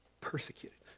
persecuted